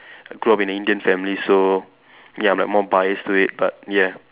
grow up in an Indian family so ya I'm like more biased to it but yeah